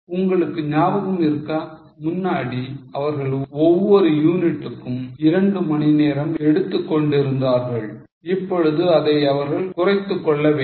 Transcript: உங்களுக்கு ஞாபகம் இருக்கா முன்னாடி அவர்கள் ஒவ்வொரு யூனிட்டுக்கும் 2 மணி நேரம் எடுத்துக் கொண்டிருந்தார்கள் இப்பொழுது அதை அவர்கள் குறைத்துக் கொள்ள வேண்டும்